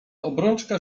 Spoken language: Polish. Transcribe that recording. obrączka